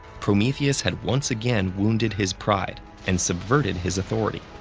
prometheus had once again wounded his pride and subverted his authority.